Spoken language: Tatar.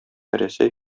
рәсәй